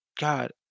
God